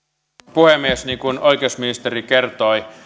puhemies niin kuin oikeusministeri kertoi